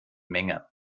menge